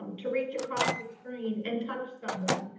um to reach across the screen and touch someone,